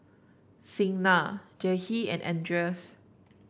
Signa Jahir and Andres